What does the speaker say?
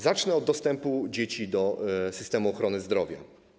Zacznę od dostępu dzieci do systemu ochrony zdrowia.